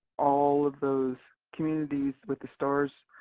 all of those communities with the stars